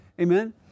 Amen